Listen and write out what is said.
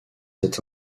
cet